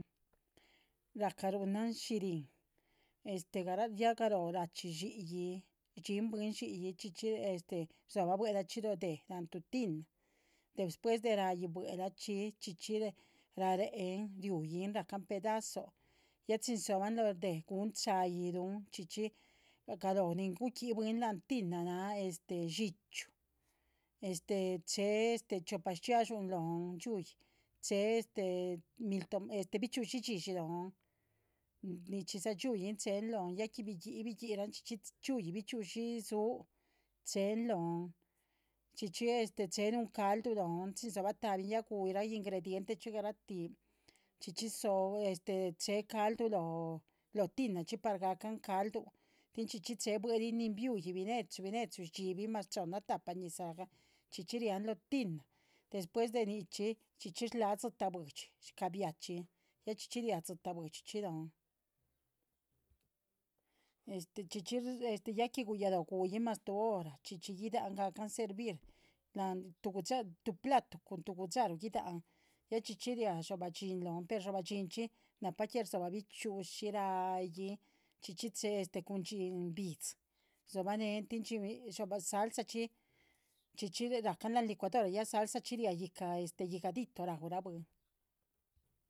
Ra’ca ru´nan shihrín ya galóh ra´chxí dxi´yi rdxiínn- bwin shiyi chxíchxi dzo´bah bue´lahchxi lóh deh la´nh tuh tina despues ra´yi bue´lahchxi chxíchxi. ra’réhn riu´yiluhn ra’can pedazun ya chin dzo´ba lóh deh gun’chailuhn chxíchxi galóh nin gu´yih bwin la’nh tina naah dxíchyu che’h chiopa shchxiadxú lóhn dziu´yi. che’h bichxi´ushi dzishi lóhn nichiza riu´yi che’hen lónh ya que biguihn biguihn chxíchxi yiluhn ra bichxi´ushi dzu che’hen lohn chxíchxi che’h nuhun caldu lohn. chin dzo´bahtin ya gu´yihla ingrediente chi garahti chxíchxi che’h caldu lóh tinachxi par ga’can caldun tin chxíchxi che’h bue´lin nin biu´yil bine’chu bine’chu. chxíbi mas chohnna tahpa ñizah chxíchxi rian loh tina despues de nichxí chxíchxi láh dzitáh buidxi scabiachin ya chxíchxi ria dzitáh buidxi lonh ya que guyaloh. gu´yihn mas tuh hora chxíchxi gi´dahan gacan servir la’nh tuh platu cun tuh gu´dxaruh gi´dahan ya chxíchxi ria dxobah dhxín lon pero dxobah dhxínchxi na’pah. que dzo’bah bichxi´ushi ra´yin chxíchxi che’h cun dhxín bidxi dzo’bahnen tin chin salsachxi chxíchxi racan la’han licuadora ya salsachxi ria guiyáhc higadito. ra’ura bwin